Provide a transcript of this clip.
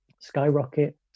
skyrocket